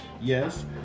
Yes